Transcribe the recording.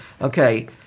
Okay